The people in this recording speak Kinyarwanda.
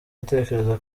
ndatekereza